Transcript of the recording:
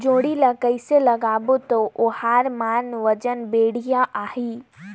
जोणी ला कइसे लगाबो ता ओहार मान वजन बेडिया आही?